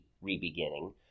re-beginning